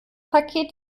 paket